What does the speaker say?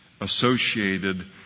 associated